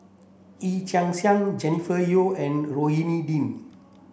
Yee Chia Hsing Jennifer Yeo and Rohani Din